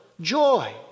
joy